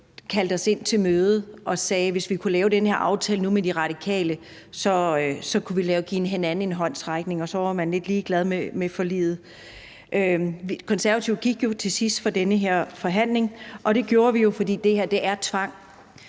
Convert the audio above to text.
kaldte os ind til møde og sagde, at vi, hvis vi nu kunne lave den her aftale med De Radikale, kunne give hinanden en håndsrækning, og så var man lidt ligeglad med forliget. De Konservative gik jo til sidst fra den her forhandling, og det gjorde vi, fordi det her er tvang.